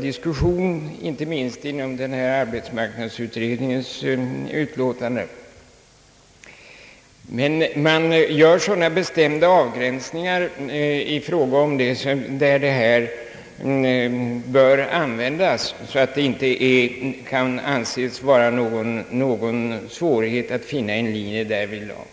diskuteras inte minst i arbetsmarknadsutredningens utlåtande. Men man gör där sådana bestämda avgränsningar i fråga om användningsområdet av statsunderstödd företagsutbildning, att det inte kan anses vara någon svårighet att finna en linje därvidlag.